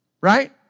Right